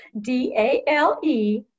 d-a-l-e